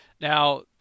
Now